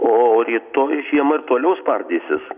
o rytoj žiema ir toliau spardysis